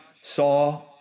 saw